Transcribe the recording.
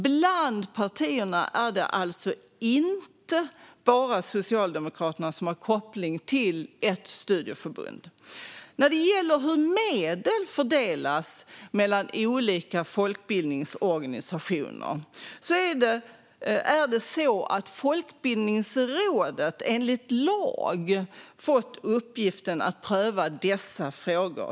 Bland partierna är det alltså inte bara Socialdemokraterna som har koppling till ett studieförbund. När det gäller hur medel fördelas mellan olika folkbildningsorganisationer är det Folkbildningsrådet som enligt lag har fått uppgiften att pröva dessa frågor.